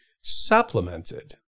supplemented